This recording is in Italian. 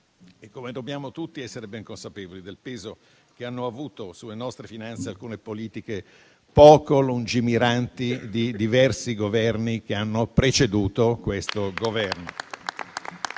e come dobbiamo tutti essere ben consapevoli del peso che hanno avuto sulle nostre finanze alcune politiche poco lungimiranti di diversi Governi che hanno preceduto quello attuale.